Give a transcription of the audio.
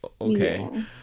okay